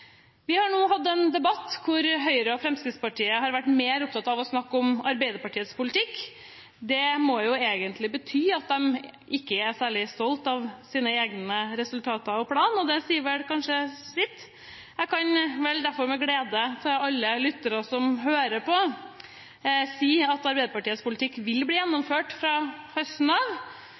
Vi har nå hatt en debatt der Høyre og Fremskrittspartiet har vært mer opptatt av å snakke om Arbeiderpartiets politikk. Det må jo egentlig bety at de ikke er særlig stolte av sine egne resultater og sin egen plan, og det sier vel kanskje sitt. Jeg kan derfor med glede, til alle lyttere som hører på, si at Arbeiderpartiets politikk vil bli gjennomført fra høsten av,